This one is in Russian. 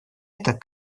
это